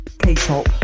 K-Pop